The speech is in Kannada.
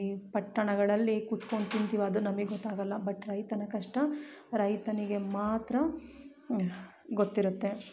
ಈ ಪಟ್ಟಣಗಳಲ್ಲಿ ಕುತ್ಕೊಂಡು ತಿಂತೀವಿ ಅದು ನಮಗ್ ಗೊತ್ತಾಗೊಲ್ಲ ಬಟ್ ರೈತನ ಕಷ್ಟ ರೈತನಿಗೆ ಮಾತ್ರ ಗೊತ್ತಿರುತ್ತೆ